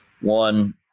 One